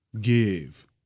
give